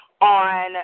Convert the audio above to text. on